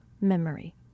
memory